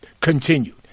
continued